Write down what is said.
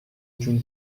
جون